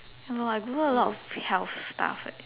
ya lor I Google a lot of health stuff leh